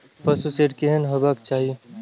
पशु शेड केहन हेबाक चाही?